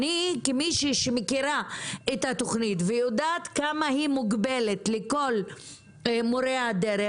כמישהי שמכירה את התוכנית ויודעת כמה היא מוגבלת לכל מורי הדרך,